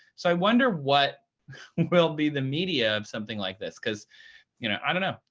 so i wonder what will be the media of something like this, because you know i don't know.